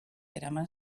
eraman